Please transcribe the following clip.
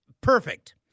Perfect